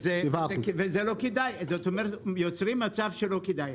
יוצרים מצב שלא כדאי.